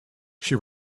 she